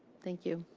thank you.